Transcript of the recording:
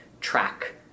track